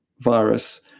virus